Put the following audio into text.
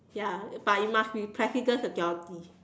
ya but you must be president security